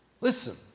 Listen